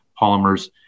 polymers